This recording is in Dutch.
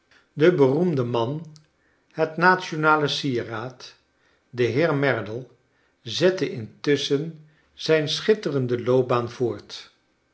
de beroemde man het nationale sieraad de heer merdle zette intusschen zijn schitterende loopbaan voort